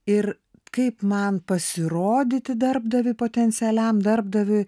ir kaip man pasirodyti darbdaviui potencialiam darbdaviui